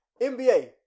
nba